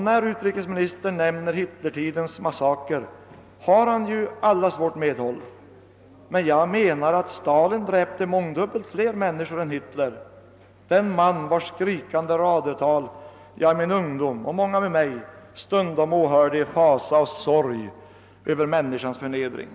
När utrikesministern nämner Hitlertidens massakrer har han allas vårt medhåll, men jag menar att Stalin dräpte mångdubbelt fler människor än Hitler, den man vars skrikande radiotal jag i min ungdom och många med mig stundom åhörde i fasa och sorg över människans förnedring.